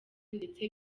ndetse